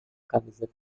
camisa